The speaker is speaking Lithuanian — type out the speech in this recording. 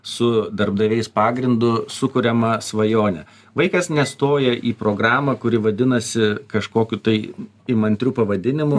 su darbdaviais pagrindu sukuriamą svajonę vaikas nestoja į programą kuri vadinasi kažkokiu tai imantriu pavadinimu